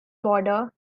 border